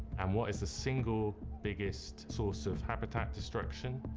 and what is the single biggest source of habitat destruction?